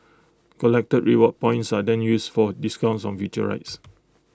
collected reward points are then used for discounts on future rides